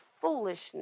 foolishness